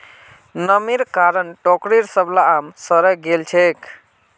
नमीर कारण टोकरीर सबला आम सड़े गेल छेक